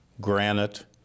granite